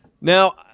Now